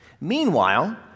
Meanwhile